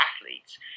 athletes